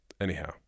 Anyhow